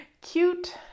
Cute